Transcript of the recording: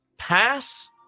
pass